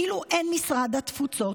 כאילו אין משרד התפוצות,